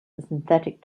synthetic